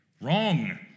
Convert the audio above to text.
wrong